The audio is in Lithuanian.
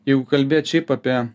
jeigu kalbėt šiaip apie